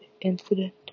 incident